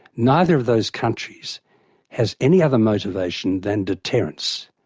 neither of those countries has any other motivation than deterrence.